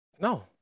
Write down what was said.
No